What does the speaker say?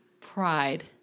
pride